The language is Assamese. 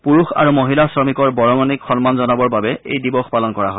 পুৰুষ আৰু মহিলা শ্ৰমিকৰ বৰঙণিক সন্মান জনাবৰ বাবে এই দিৱস পালন কৰা হয়